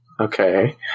okay